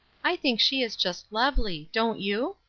i think she is just lovely, don't you?